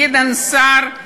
גדעון סער,